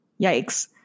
Yikes